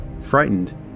Frightened